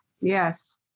Yes